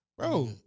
Bro